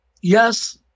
yes